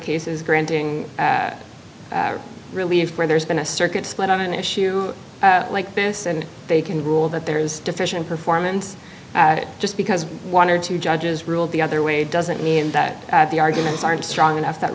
cases granting relief where there's been a circuit split on an issue like this and they can rule that there is deficient performance just because one or two judges ruled the other way doesn't mean that the arguments aren't strong enough that